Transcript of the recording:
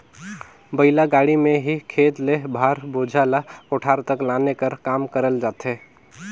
बइला गाड़ी मे ही खेत ले भार, बोझा ल कोठार तक लाने कर काम करल जाथे